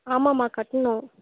ஆமாம்மா கட்டணும்